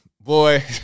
boy